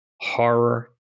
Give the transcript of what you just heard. horror